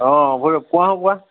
ভৈৰৱ কোৱা কোৱা